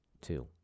two